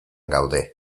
gaude